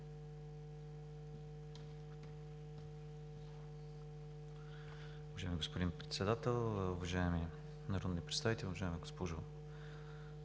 Уважаеми господин Председател, уважаеми народни представители! Уважаема госпожо